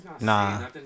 Nah